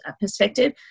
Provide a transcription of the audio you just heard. perspective